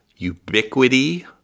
Ubiquity